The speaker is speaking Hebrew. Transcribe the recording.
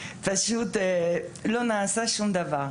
פשוט לא רואים שום תוצאה.